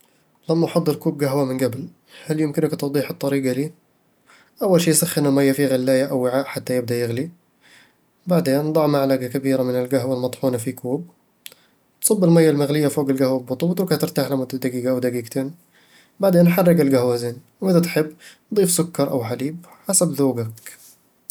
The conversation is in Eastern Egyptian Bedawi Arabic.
لم أحضِّر كوب قهوة من قبل. هل يمكنك توضيح الطريقة لي؟ أول شيء سخّن المية في غلاية أو وعاء حتى يبدا يغلي بعدين، ضع معلقة كبيرة من القهوة المطحونة في كوب صب المية المغلية فوق القهوة ببطء واتركها ترتاح لمدة دقيقة أو دقيقتين. بعدين، حرك القهوة زين، وإذا تحب، ضيف سكر أو حليب حسب ذوقك